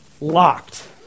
locked